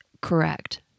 Correct